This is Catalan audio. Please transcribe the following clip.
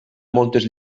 moltes